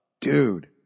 Dude